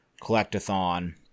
collect-a-thon